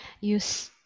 use